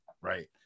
Right